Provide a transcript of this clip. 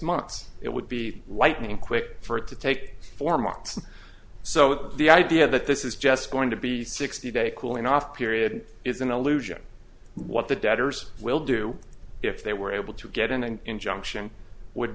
months it would be lightning quick for it to take four marks so the idea that this is just going to be sixty day cooling off period is an illusion what the debtors will do if they were able to get an injunction would